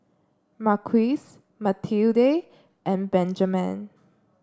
Marquise Matilde and Benjamen